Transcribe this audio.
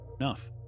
Enough